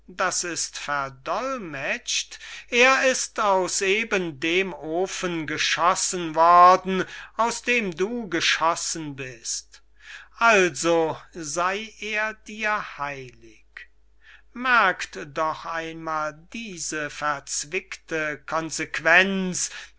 das ist verdollmetscht er ist aus eben dem ofen geschossen worden aus dem du geschossen bist also sey er dir heilig merkt doch einmal diese verzwickte consequenz